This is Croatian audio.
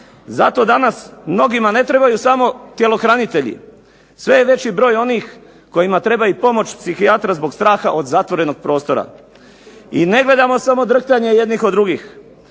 Zato danas mnogima ne trebaju samo tjelohranitelji, sve je veći broj onih kojima treba i pomoć psihijatra zbog straha od zatvorenog prostora. I ne gledamo samo drhtanje jednih od drugih,